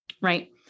right